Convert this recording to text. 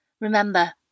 Remember